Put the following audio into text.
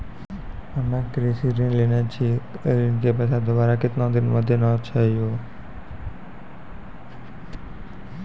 हम्मे कृषि ऋण लेने छी ऋण के पैसा दोबारा कितना दिन मे देना छै यो?